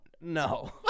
No